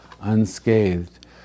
unscathed